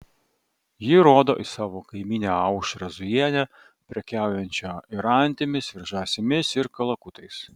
ji rodo į savo kaimynę aušrą zujienę prekiaujančią ir antimis ir žąsimis ir kalakutais